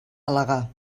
al·legar